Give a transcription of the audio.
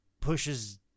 pushes